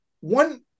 One